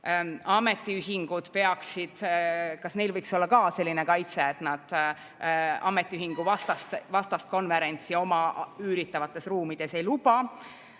ametiühingutel võiks olla ka selline kaitse, et nad ametiühinguvastast konverentsi oma üüritavates ruumides ei luba?